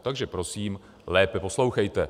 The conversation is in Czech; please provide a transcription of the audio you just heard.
Takže prosím lépe poslouchejte.